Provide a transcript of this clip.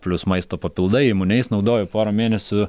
plius maisto papildai immunace naudoju porą mėnesių